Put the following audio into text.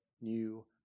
new